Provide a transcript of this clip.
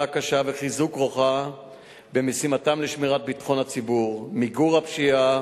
הקשה וחיזוק כוחם במשימותיהם לשמירת ביטחון הציבור ולמיגור הפשיעה,